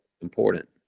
important